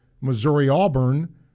Missouri-Auburn